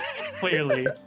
clearly